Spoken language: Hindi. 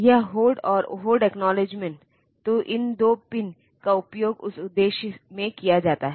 यह होल्ड और होल्ड अक्नोव्लेद्गेमेन्ट तो इन 2 पिन का उपयोग उस उद्देश्य में किया जाता है